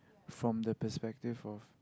from the perspective of